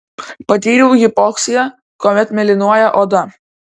patyriau hipoksiją kuomet mėlynuoja oda